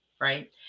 right